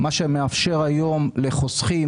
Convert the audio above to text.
זה מאפשר היום לחוסכים,